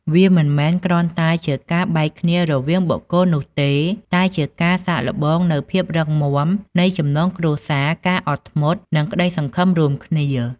វាមិនមែនគ្រាន់តែជាការបែកគ្នារវាងបុគ្គលនោះទេ តែជាការសាកល្បងនូវភាពរឹងមាំនៃចំណងគ្រួសារ ការអត់ធ្មត់ និងក្តីសង្ឃឹមរួមគ្នា។